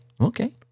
okay